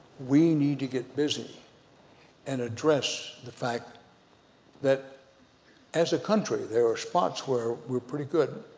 we need to get busy and address the fact that as a country there are spots where we're pretty good.